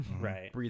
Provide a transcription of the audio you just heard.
Right